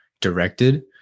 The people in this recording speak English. directed